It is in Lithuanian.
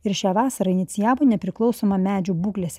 ir šią vasarą inicijavo nepriklausomą medžių būklės